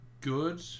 good